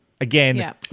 Again